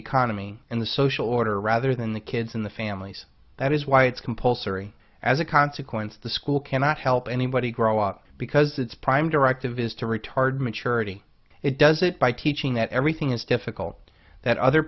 economy and the social order rather than the kids in the families that is why it's compulsory as a consequence the school cannot help anybody grow up because its prime directive is to retard maturity it does it by teaching that everything is difficult that other